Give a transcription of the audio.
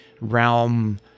realm